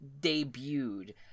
debuted